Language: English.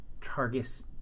Targus